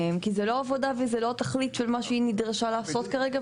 כי זה לא עבודה וזה לא התכלית של מה שהיא נדרשה לעשות כרגע.